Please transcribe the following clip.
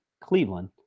Cleveland